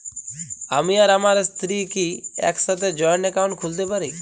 আমি আর আমার স্ত্রী কি একসাথে জয়েন্ট অ্যাকাউন্ট খুলতে পারি?